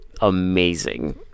amazing